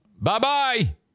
Bye-bye